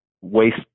Waste